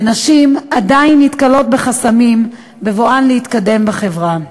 ונשים עדיין נתקלות בחסמים בבואן להתקדם בחברה.